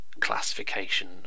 classification